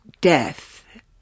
death